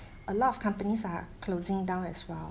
a lot of companies are closing down as well